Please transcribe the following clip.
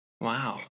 Wow